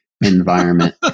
environment